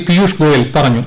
പീയുഷ് ഗോയൽ പറഞ്ഞു